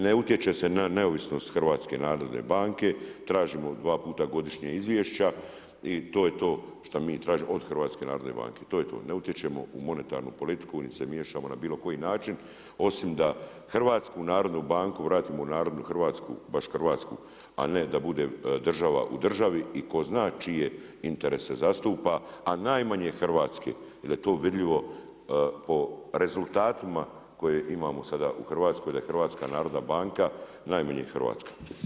Ne utječe se na neovisnost HNB-a, tražimo dva puta godišnje izvješća i to je to što mi tražimo od HNB-a, to je to, ne utječemo u monetarnu politiku niti se miješamo na bilo koji način osim da HNB vratimo narodnu hrvatsku, a ne da bude država u državi i tko zna čije interese zastupa a najmanje hrvatske jer to vidljivo po rezultatima koje imamo sada u Hrvatskoj, da je HNB najmanje hrvatska.